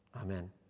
amen